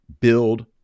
build